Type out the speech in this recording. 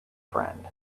friend